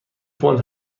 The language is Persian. پوند